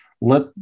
let